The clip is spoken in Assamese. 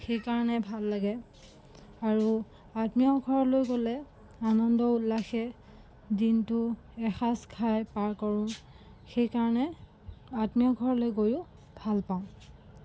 সেইকাৰণে ভাল লাগে আৰু আত্মীয় ঘৰলৈ গ'লে আনন্দ উল্লাসে দিনটো এসাঁজ খাই পাৰ কৰোঁ সেইকাৰণে আত্মীয় ঘৰলৈ গৈও ভাল পাওঁ